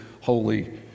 Holy